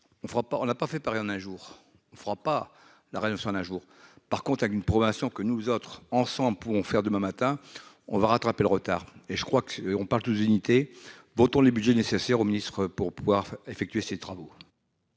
on n'a pas fait par en un jour, il ne fera pas la réduction d'un jour, par contre, avec une progression que nous autres ensemble pourront faire demain matin on va rattraper le retard et je crois que on parle tous unité votons les Budgets nécessaires au ministre pour pouvoir effectuer ces travaux.